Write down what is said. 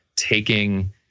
Taking